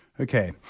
Okay